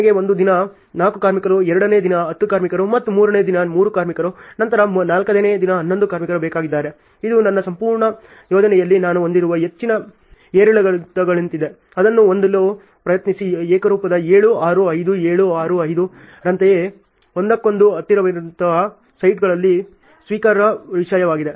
ನನಗೆ ಒಂದು ದಿನ 4 ಕಾರ್ಮಿಕರು ಎರಡನೇ ದಿನ 10 ಕಾರ್ಮಿಕರು ಮತ್ತು ಮೂರನೇ ದಿನ 3 ಕಾರ್ಮಿಕರು ನಂತರ ನಾಲ್ಕನೇ ದಿನ 11 ಕಾರ್ಮಿಕರು ಬೇಕಾಗಿದ್ದಾರೆ ಇದು ನನ್ನ ಸಂಪೂರ್ಣ ಯೋಜನೆಯಲ್ಲಿ ನಾನು ಹೊಂದಿರುವ ಹೆಚ್ಚಿನ ಏರಿಳಿತಗಳಂತಿದೆ ಅದನ್ನು ಹೊಂದಲು ಪ್ರಯತ್ನಿಸಿ ಏಕರೂಪದ 7 6 5 7 6 5 ರಂತೆಯೇ ಒಂದಕ್ಕೊಂದು ಹತ್ತಿರವಿರುವಂತಹವು ಸೈಟ್ಗಳಲ್ಲಿ ಸ್ವೀಕಾರಾರ್ಹ ವಿಷಯವಾಗಿದೆ